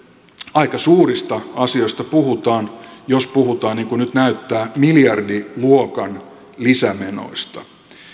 aika suurista asioista puhutaan jos puhutaan niin kuin nyt näyttää miljardiluokan lisämenoista